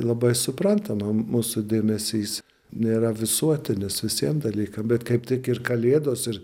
labai suprantama mūsų dėmesys nėra visuotinis visiem dalykam bet kaip tik ir kalėdos ir